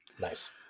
Nice